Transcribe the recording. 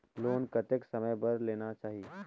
Loan कतेक समय बर लेना चाही?